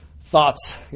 thoughts